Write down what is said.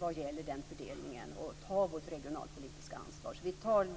vad gäller den fördelningen och ta vårt regionalpolitiska ansvar.